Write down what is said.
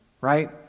right